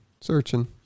searching